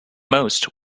most